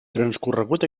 transcorregut